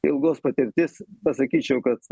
ilgos patirties pasakyčiau kad